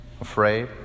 afraid